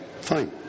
fine